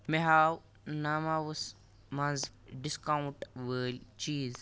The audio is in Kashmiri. مےٚ ہاو ناموٗوَس مَنٛز ڈسکاونٛٹ وٲلۍ چیٖز